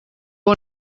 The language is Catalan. bon